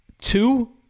Two